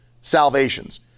salvations